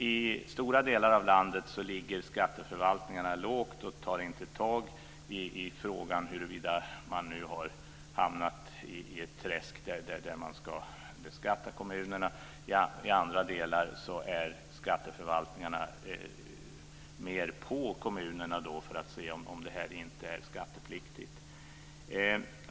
I stora delar av landet ligger skatteförvaltningarna lågt och tar inte tag i frågan huruvida man har hamnat i ett träsk där man ska beskatta kommunerna. I andra delar ligger skatteförvaltningarna på kommunerna för att se om inte intäkterna är skattepliktiga.